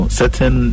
certain